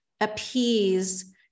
appease